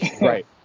Right